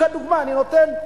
כדוגמה אני נותן.